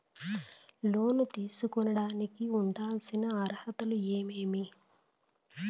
లోను తీసుకోడానికి ఉండాల్సిన అర్హతలు ఏమేమి?